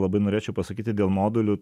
labai norėčiau pasakyti dėl modulių